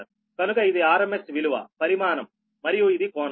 కనుక ఇది RMS విలువ పరిమాణం మరియు ఇది కోణం